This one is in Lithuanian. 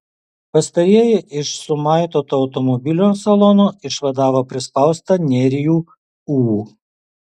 pastarieji iš sumaitoto automobilio salono išvadavo prispaustą nerijų ū